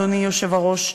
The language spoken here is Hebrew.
אדוני היושב-ראש,